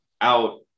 out